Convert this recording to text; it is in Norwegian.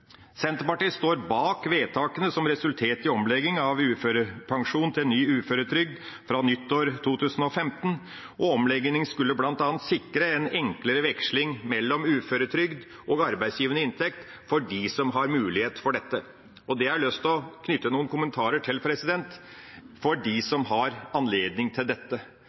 Senterpartiet står bak vedtakene som resulterte i omlegging av uførepensjon til ny uføretrygd fra nyttår 2015, og omlegginga skulle bl.a. sikre en enklere veksling mellom uføretrygd og arbeidsgivende inntekt for dem som har mulighet til det. Og det har jeg lyst å knytte noen kommentarer til – dem som har anledning til